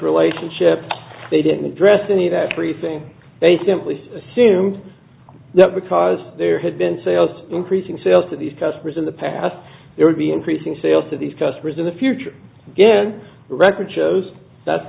relationships they didn't address any of that briefing they simply assumed that because there had been sales increasing sales to these customers in the past they would be increasing sales to these customers in the future again record shows that's